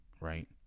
Right